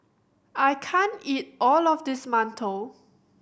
I can't eat all of this Mantou